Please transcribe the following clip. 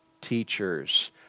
teachers